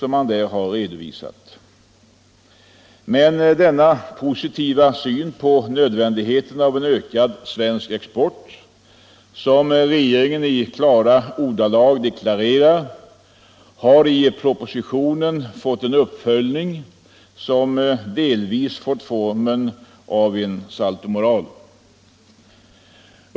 Men den positiva syn på nödvändigheten av en ökad svensk export som regeringen i klara ordalag deklarerar har i propositionen fått en uppföljning som liknar en saltomortal.